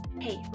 Hey